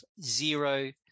zero